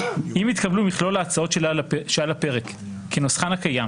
אם יתקבלו מכלול ההצעות שעל הפרק בנוסחן הקיים,